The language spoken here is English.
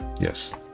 Yes